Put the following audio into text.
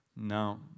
No